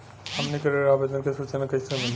हमनी के ऋण आवेदन के सूचना कैसे मिली?